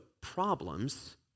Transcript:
problems